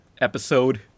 episode